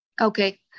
Okay